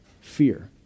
fear